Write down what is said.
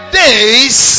days